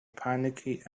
panicky